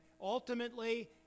ultimately